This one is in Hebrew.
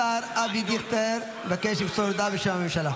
השר אבי דיכטר מבקש למסור הודעה בשם הממשלה.